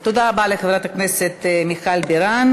תודה רבה לחברת הכנסת מיכל בירן.